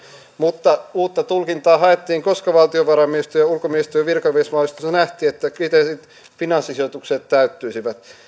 mutta uutta tulkintaa haettiin koska valtiovarainministeriön ja ulkoministeriön virkamiesvalmistelussa nähtiin että kriteerit finanssisijoitukselle täyttyisivät